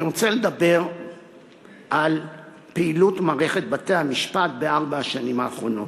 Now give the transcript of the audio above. אני רוצה לדבר על פעילות מערכת בתי-המשפט בארבע השנים האחרונות.